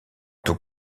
tout